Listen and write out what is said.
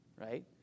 right